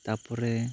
ᱛᱟᱨ ᱯᱚᱨᱮ